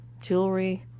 jewelry